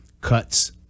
cuts